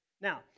Now